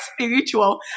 spiritual